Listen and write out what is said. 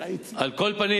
על כל פנים,